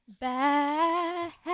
back